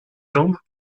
jambes